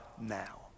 now